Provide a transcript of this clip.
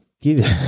give